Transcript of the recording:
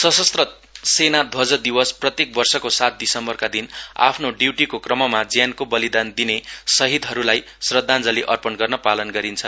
सशस्त्र सेना ध्वज दिवस प्रत्येक वर्षको सात दिसम्बरका दिन आफ्नो ड्युटीको क्रममा ज्यानको बलिदान दिने शहिदहरूलाई श्रद्वाजली अर्पण गर्न पालन गरिनेछ